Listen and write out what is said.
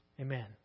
amen